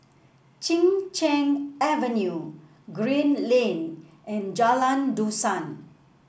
Chin Cheng Avenue Green Lane and Jalan Dusan